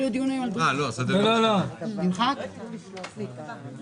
ננעלה בשעה 12:30.